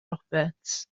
roberts